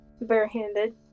barehanded